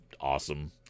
awesome